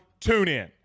TuneIn